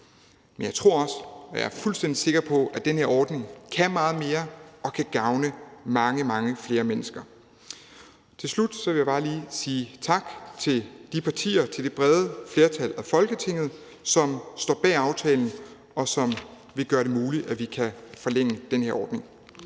Men jeg er fuldstændig sikker på, at den her ordning kan meget mere og kan gavne mange, mange flere mennesker. Til slut vil jeg bare lige sige tak til de partier, det brede flertal i Folketinget, som står bag aftalen, og som vil gøre det muligt, at vi kan forlænge den her ordning.